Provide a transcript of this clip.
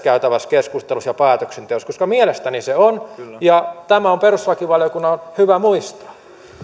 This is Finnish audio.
käytävässä keskustelussa ja päätöksenteossa koska mielestäni se on tämä on perustuslakivaliokunnan hyvä muistaa